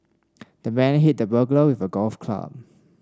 the man hit the burglar with a golf club